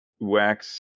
Wax